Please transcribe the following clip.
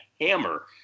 hammer